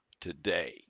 today